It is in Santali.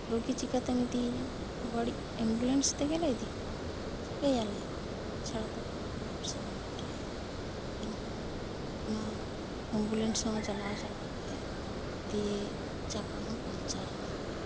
ᱨᱩᱜᱤ ᱪᱤᱠᱟᱹᱛᱮᱢ ᱤᱫᱤᱭᱮᱭᱟ ᱵᱟᱹᱲᱤᱡ ᱮᱢᱵᱩᱞᱮᱱᱥ ᱛᱮᱜᱮᱞᱮ ᱤᱫᱤ ᱠᱚᱣᱟ ᱪᱤᱠᱟᱹᱭᱟᱞᱮ ᱚᱱᱟ ᱪᱷᱟᱲᱟ ᱛᱚ ᱠᱚᱱᱚ ᱟᱨ ᱯᱚᱲᱥᱟ ᱵᱟᱹᱱᱩᱜ ᱛᱟᱞᱮᱭᱟ ᱮᱱᱠᱷᱟᱱ ᱚᱱᱟ ᱮᱢᱵᱩᱞᱮᱱᱥ ᱦᱚᱸ ᱪᱟᱞᱟᱣ ᱪᱟᱞᱟᱣ ᱛᱮ ᱫᱤᱭᱮ ᱪᱟᱠᱟ ᱦᱚᱸ ᱯᱟᱧᱪᱟᱨ ᱮᱱᱟ